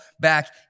back